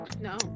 No